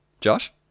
Josh